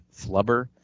Flubber